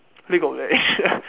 league-of-legends